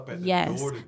yes